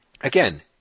again